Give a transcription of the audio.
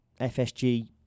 FSG